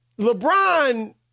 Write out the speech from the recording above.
LeBron